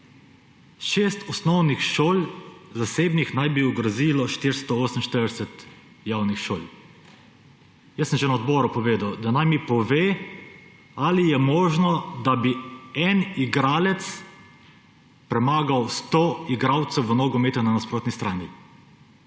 osnovnih šol naj bi ogrozilo 448 javnih šol. Jaz sem že na odboru povedal, da naj mi pove, ali je možno, da bi en igralec premagal sto igralcev v nogometu na nasprotni strani?